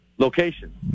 Location